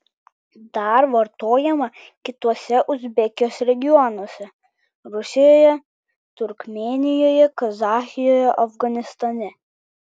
dar vartojama kituose uzbekijos regionuose rusijoje turkmėnijoje kazachijoje afganistane